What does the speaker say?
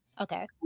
Okay